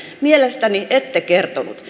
mielestäni ette kertonut